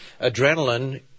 adrenaline